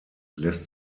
lässt